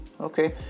Okay